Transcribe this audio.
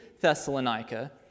Thessalonica